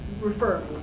refer